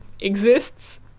exists